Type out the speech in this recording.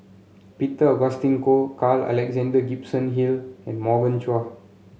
Peter Augustine Goh Carl Alexander Gibson Hill and Morgan Chua